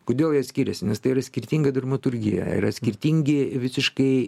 kodėl jie skiriasi nes tai yra skirtinga dramaturgija yra skirtingi visiškai